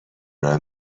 راه